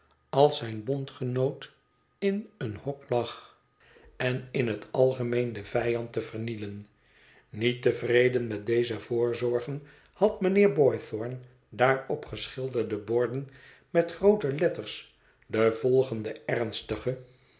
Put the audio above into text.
als zijn bondgenoot in een hok lag en in het algemeen den vijand te vernielen niet tevreden met deze voorzorgen had mijnheer boythorn daar op geschilderde borden met groote letters de volgende ernstige